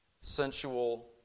sensual